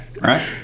right